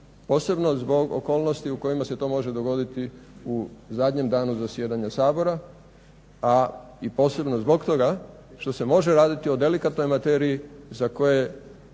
posebno zbog okolnosti u kojima se to može dogoditi u zadnjem danu zasjedanja Sabora, a posebno zbog toga što se može raditi o delikatnoj materiji za koje